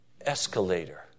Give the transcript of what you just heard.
escalator